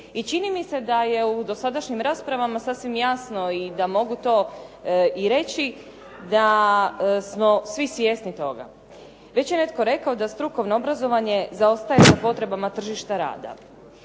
I čini mi se da je u dosadašnjim raspravama sasvim jasno i da mogu to i reći da smo svi svjesni toga. Već je netko rekao da strukovno obrazovanje zaostaje za potrebama tržišta rada.